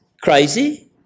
crazy